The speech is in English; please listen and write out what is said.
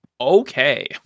okay